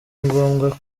ngombwa